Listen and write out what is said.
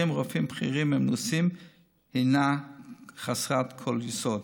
רופאים בכירים ומנוסים הינן חסרות כל יסוד.